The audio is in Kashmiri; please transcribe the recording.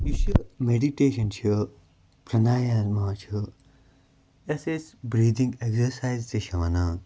یُس یہِ میٚڈِٹیٚشَن چھِ کَناین مار چھِ یَتھ أسۍ بِرٚیٖدِنٛگ ایٚکزَرسایِز تہِ چھِ وَنان